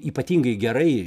ypatingai gerai